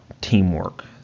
teamwork